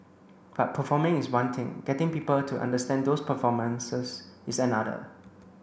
but performing is one thing getting people to understand those performances is another